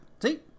See